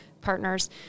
partners